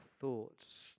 thoughts